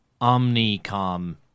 Omnicom